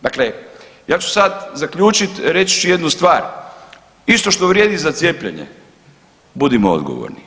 Dakle, ja ću sad zaključit reći ću jednu stvar, isto što vrijedi za cijepljenje, budimo odgovorni.